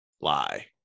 lie